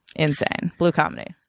insane. blue comedy.